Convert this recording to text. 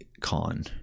con